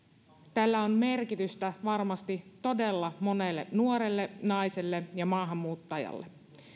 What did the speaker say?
tällä on merkitystä varmasti todella monelle nuorelle naiselle ja maahanmuuttajalle